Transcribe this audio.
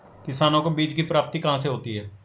किसानों को बीज की प्राप्ति कहाँ से होती है?